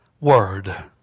Word